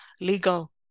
legal